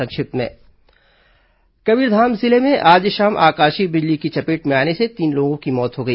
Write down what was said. संक्षिप्त समाचार कबीरधाम जिले में आज शाम आकाशीय बिजली की चपेट में आने से तीन लोगों की मौत हो गई